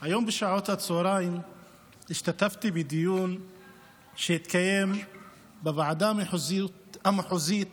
היום בשעות הצוהריים השתתפתי בדיון שהתקיים בוועדה המחוזית